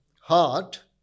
heart